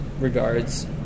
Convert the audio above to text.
regards